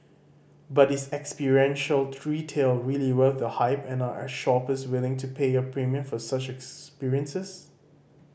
but is experiential retail really worth the hype and are shoppers willing to pay a premium for such experiences